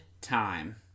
time